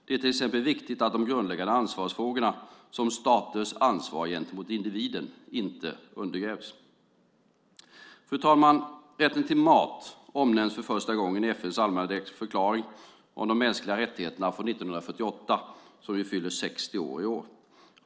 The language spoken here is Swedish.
Det är till exempel viktigt att de grundläggande ansvarsfrågorna, som staters ansvar gentemot individen, inte undergrävs. Fru talman! Rätten till mat omnämns för första gången i FN:s allmänna förklaring om de mänskliga rättigheterna från 1948 som fyller 60 år i år.